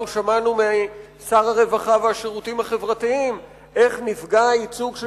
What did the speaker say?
אנחנו שמענו משר הרווחה והשירותים החברתיים איך נפגע הייצוג של